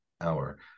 Hour